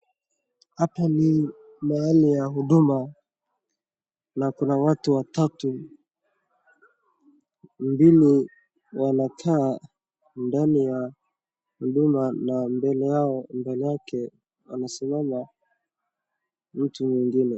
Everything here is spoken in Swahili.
Hapo ni mahali ya huduma na kuna watu watatu, mbili wanakaa ndani ya huduma na mbele yao, mbele yake anasimama mtu mwingine.